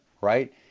right